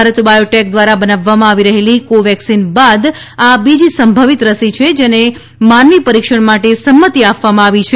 Bharat Biotech દ્વારા બનાવવામાં આવી રહેલી કોવેક્સિન બાદ આ બીજી સંભવિત રસી છે જેને માનવી પરીક્ષણ માટે સંમતિ આપવામાં આવી છે